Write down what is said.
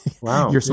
Wow